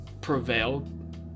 prevailed